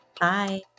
Bye